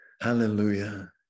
Hallelujah